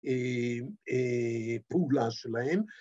פעולה שלהם